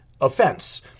offense